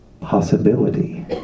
possibility